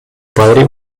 padre